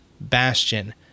Bastion